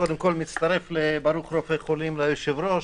מצטרף לברכת "ברוך רופא חולים" ליושב-ראש.